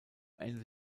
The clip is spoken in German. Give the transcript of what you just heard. ende